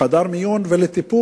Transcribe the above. הם הגיעו לחדר מיון, לטיפול.